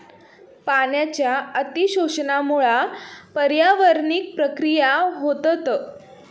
पाण्याच्या अती शोषणामुळा पर्यावरणीय प्रक्रिया होतत